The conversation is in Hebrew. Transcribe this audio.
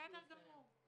בסדר גמור.